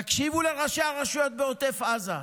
תקשיבו לראשי הרשויות בעוטף עזה,